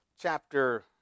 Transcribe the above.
chapter